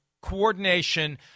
coordination